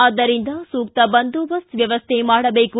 ಆದ್ದರಿಂದ ಸೂಕ್ತ ಬಂದೋಬಸ್ತ್ ವ್ಯವಸ್ಥೆ ಮಾಡಬೇಕು